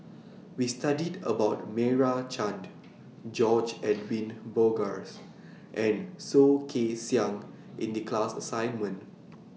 We studied about Meira Chand George Edwin Bogaars and Soh Kay Siang in The class assignment